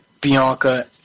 Bianca